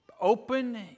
open